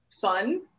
fun